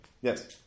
Yes